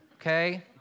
okay